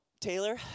Taylor